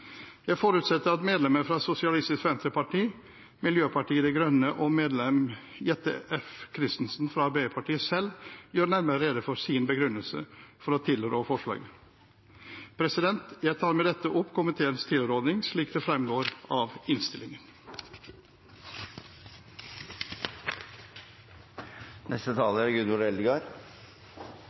Jeg forutsetter at medlemmer fra Sosialistisk Venstreparti, Miljøpartiet De Grønne og medlemmet Jette F. Christensen fra Arbeiderpartiet selv gjør nærmere rede for sin begrunnelse for å tilrå forslaget. Jeg anbefaler med dette komiteens tilråding, slik det fremgår av